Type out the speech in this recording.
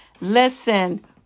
Listen